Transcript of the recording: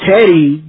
Teddy